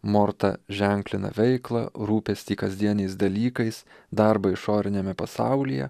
morta ženklina veiklą rūpestį kasdieniais dalykais darbą išoriniame pasaulyje